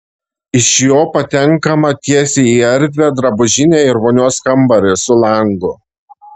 iš jo patenkama tiesiai į erdvią drabužinę ir vonios kambarį su langu